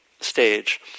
stage